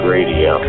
Radio